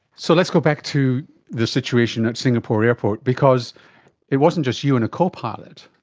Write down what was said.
so let's go back to the situation at singapore airport, because it wasn't just you and a co-pilot.